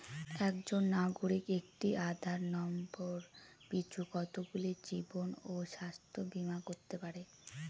একজন নাগরিক একটি আধার নম্বর পিছু কতগুলি জীবন ও স্বাস্থ্য বীমা করতে পারে?